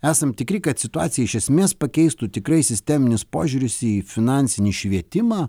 esam tikri kad situaciją iš esmės pakeistų tikrai sisteminis požiūris į finansinį švietimą